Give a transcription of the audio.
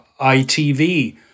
ITV